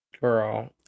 Girl